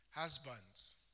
Husbands